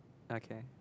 okay